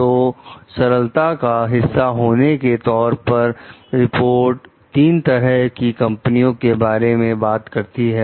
तो सरलता का हिस्सा होने के तौर पर रिपोर्ट 3 तरह की कंपनियों के बारे में बात करती है